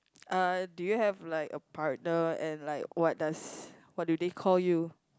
uh do you have like a partner and like what does what do they call you